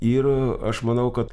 ir aš manau kad